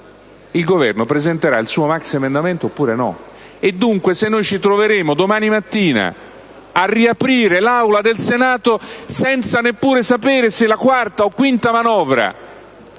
il Governo presenterà il suo maxiemendamento oppure no e, dunque, se noi ci troveremo, domani mattina, a riaprire l'Aula del Senato senza neppure sapere se la quarta o quinta manovra,